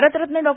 Bharat Ratna Dr